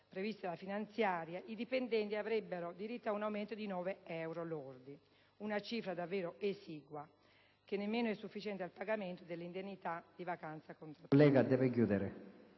previsti dalla finanziaria 2010, i dipendenti statali avrebbero diritto ad un aumento di 9 euro lordi, una cifra davvero esigua che nemmeno è sufficiente al pagamento dell'indennità di vacanza contrattuale.